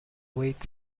weight